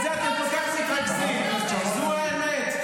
זו האמת.